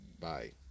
bye